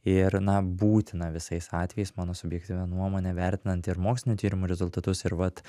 ir na būtina visais atvejais mano subjektyvia nuomone vertinant ir mokslinio tyrimo rezultatus ir vat